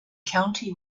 county